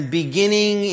beginning